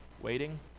Waiting